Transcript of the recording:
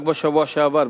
רק בשבוע שעבר,